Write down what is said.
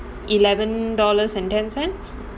eleven dollars and ten cents